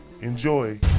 Enjoy